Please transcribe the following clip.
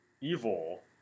evil